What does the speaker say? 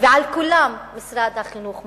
על כולם משרד החינוך מופקד.